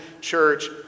church